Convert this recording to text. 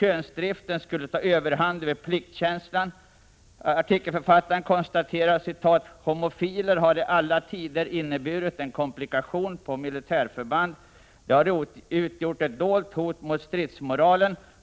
”Könsdriften skulle ta överhand över pliktkänslan.” Artikelförfattaren fortsätter: ”Homofiler har i alla tider inneburit en komplikation på militärförband. De har utgjort ett dolt hot mot stridsmoralen.